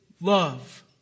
love